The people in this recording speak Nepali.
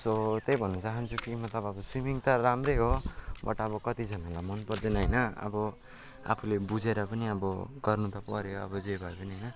सो त्यही भन्न चाहन्छु कि मतलब अब सुइमिङ त राम्रै हो बट अब कतिजनालाई मन पर्दैन होइन अब आफूले बुझेर पनि अब गर्नु त पर्यो अब जे भए पनि होइन